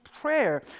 prayer